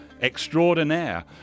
extraordinaire